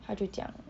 她就讲